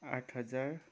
आठ हजार